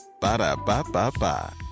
Ba-da-ba-ba-ba